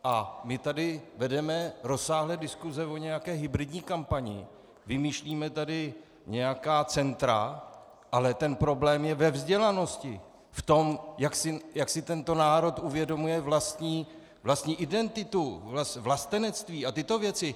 A my tady vedeme rozsáhlé diskuse o nějaké hybridní kampani, vymýšlíme tady nějaká centra, ale ten problém je ve vzdělanosti, v tom, jak si tento národ uvědomuje vlastní identitu, vlastenectví a tyto věci.